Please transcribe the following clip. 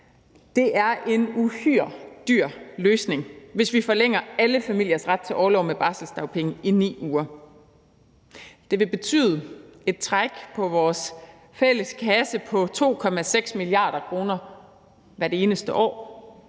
Det er en uhyre dyr løsning, hvis vi forlænger alle familiers ret til orlov med barselsdagpenge i 9 uger. Det vil betyde et træk på vores fælles kasse på 2,6 mia. kr. hvert eneste år,